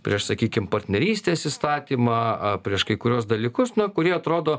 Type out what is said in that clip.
prieš sakykim partnerystės įstatymą prieš kai kuriuos dalykus na kurie atrodo